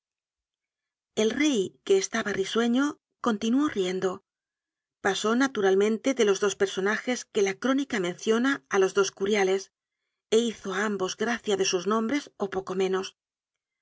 el rey que estaba risueño continuó riendo pasó naturalmente de los dos personajes que la crónica menciona á los dos curiales é hizo á ambos gracia de sus nombres ó poco menos